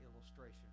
illustration